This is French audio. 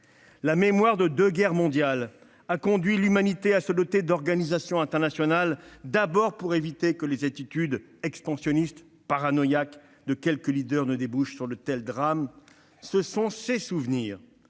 La mémoire de deux guerres mondiales a conduit l'humanité à se doter d'organisations internationales, afin d'éviter que les attitudes expansionnistes et paranoïaques de quelques dirigeants ne débouchent sur de tels drames. Poutine omet